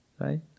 right